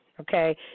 Okay